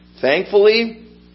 Thankfully